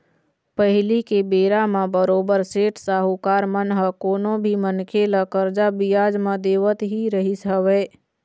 पहिली के बेरा म बरोबर सेठ साहूकार मन ह कोनो भी मनखे ल करजा बियाज म देवत ही रहिस हवय